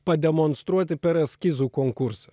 pademonstruoti per eskizų konkursą